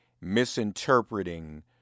misinterpreting